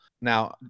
Now